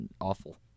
awful